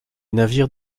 navires